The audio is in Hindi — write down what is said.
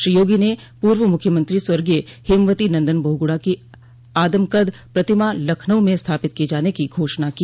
श्री योगी ने पूर्व मुख्यमंत्री स्वर्गीय हेमवती नन्दन बहुगुणा की आदमकद प्रतिमा लखनऊ में स्थापित किये जाने की घोषणा की